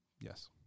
Yes